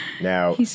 Now